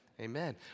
Amen